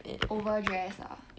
overdressed ah